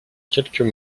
quelques